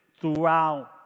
throughout